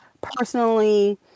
personally